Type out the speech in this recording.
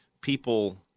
People